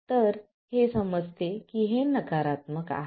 तर हे समजते की हे नकारात्मक आहे